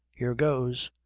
here goes!